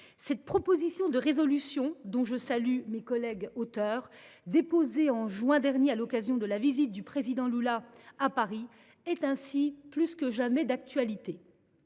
présente proposition de résolution, dont je salue les collègues auteurs, a été déposée au mois de juin dernier à l’occasion de la visite du président Lula à Paris. Elle est plus que jamais d’actualité.